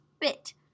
bit